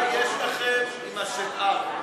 מה יש לכם עם השנהב?